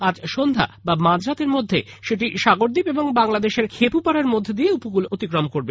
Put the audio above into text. আজ সন্ধ্যা বা মাঝরাতের মধ্যে ঘূর্ণিঝড়টি সাগরদ্বীপ ও বাংলাদেশের খেপুপাড়ার মধ্য দিয়ে উপকূল অতিক্রম করবে